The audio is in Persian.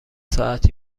ساعتی